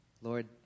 Lord